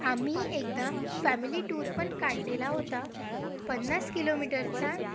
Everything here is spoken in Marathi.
आम्ही एकदा फॅमिली टूरपण काढलेला होता पन्नास किलोमीटरचा